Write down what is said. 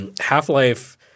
Half-Life